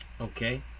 Okay